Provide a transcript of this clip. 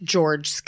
George